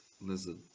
lizard